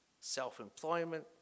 self-employment